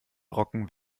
brocken